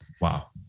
Wow